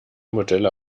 modelle